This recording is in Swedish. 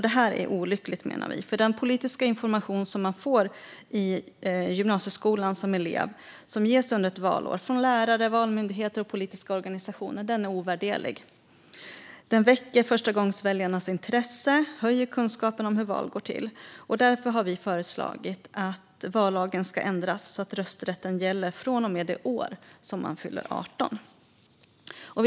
Det här är olyckligt, menar vi. Den politiska information som man som elev får i gymnasieskolan som ges under ett valår från lärare, Valmyndigheten och politiska organisationer är ovärderlig. Den väcker förstagångsväljarnas intresse och höjer kunskapen om hur val går till. Därför har vi föreslagit att vallagen ska ändras så att rösträtten gäller från och med det år som man fyller 18 år.